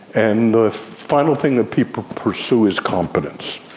and the final thing that people pursue is competence,